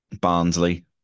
Barnsley